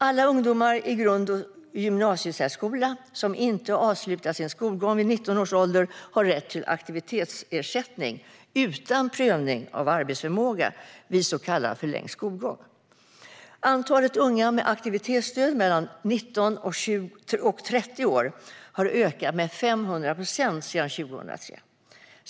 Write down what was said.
Alla ungdomar i grund och gymnasiesärskola som inte har avslutat sin skolgång vid 19 års ålder har rätt till aktivitetsersättning utan prövning av arbetsförmåga vid så kallad förlängd skolgång. Antalet unga med aktivitetsersättning mellan 19 och 30 år har ökat med 500 procent sedan 2003.